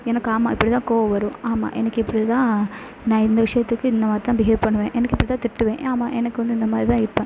எனக்கு ஆமாம் இப்படிதான் கோவம் வரும் ஆமாம் எனக்கு இப்படிதான் நான் இந்த விஷயத்துக்கு இந்த மாதிரி தான் பிஹேவ் பண்ணுவேன் எனக்கு இப்படிதான் திட்டுவேன் ஆமாம் எனக்கு வந்து இந்த மாதிரி தான் இருப்பேன்